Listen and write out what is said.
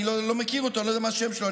אני לא מכיר אותו, לא יודע מה השם שלו.